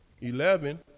eleven